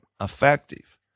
effective